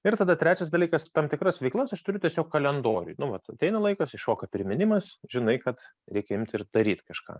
ir tada trečias dalykas tam tikras veiklas aš turiu tiesiog kalendoriuj nu vat ateina laikas iššoka priminimas žinai kad reikia imti ir daryt kažką